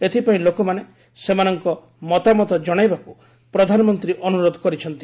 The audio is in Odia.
ଏଥିପାଇଁ ଲୋକମାନେ ସେମାନଙ୍କ ମତାମତ ଜଣାଇବାକୁ ପ୍ରଧାନମନ୍ତ୍ରୀ ଅନୁରୋଧ କରିଛନ୍ତି